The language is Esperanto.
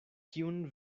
kiun